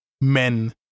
men